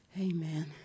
Amen